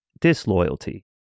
disloyalty